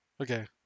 okay